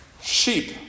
Sheep